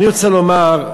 אני רוצה לומר,